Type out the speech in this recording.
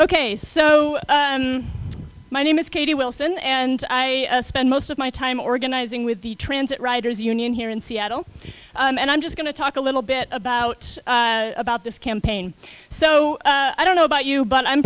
so my name is katie wilson and i spend most of my time organizing with the transit riders union here in seattle and i'm just going to talk a little bit about about this campaign so i don't know about you but i'm